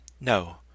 No